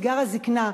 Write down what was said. אתגר הזיקנה.